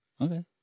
Okay